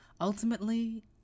ultimately